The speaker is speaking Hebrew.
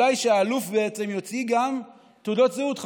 ובעצם, אולי האלוף יוציא גם תעודות זהות?